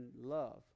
love